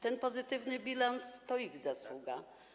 Ten pozytywny bilans to ich zasługa.